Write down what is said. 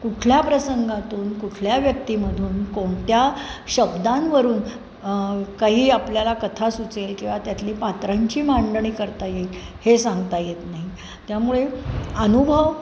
कुठल्या प्रसंगातून कुठल्या व्यक्तीमधून कोणत्या शब्दांवरून काही आपल्याला कथा सुचेल किंवा त्यातली पात्रांची मांडणी करता येईल हे सांगता येत नाही त्यामुळे अनुभव